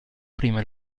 prima